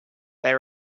they